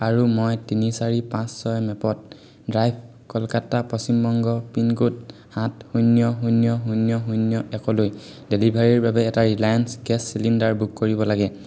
আৰু মই তিনি চাৰি পাঁচ ছয় Maple Drive Kolkata Paschim Banga pincode সাত শূন্য শূন্য শূন্য শূন্য একলৈ ডেলিভাৰীৰ বাবে এটা ৰিলায়েঞ্চ গেছ চিলিণ্ডাৰ বুক কৰিব লাগে